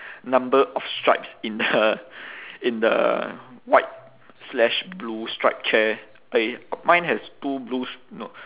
number of stripes in the in the white slash blue stripe chair eh mine has two blue str~ no